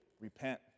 repent